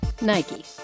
nike